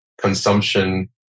consumption